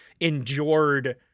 Endured